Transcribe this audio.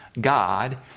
God